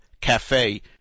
Cafe